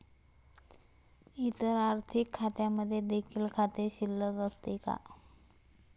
इतर आर्थिक खात्यांमध्ये देखील खाते शिल्लक असते का?